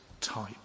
type